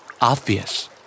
Obvious